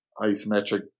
isometric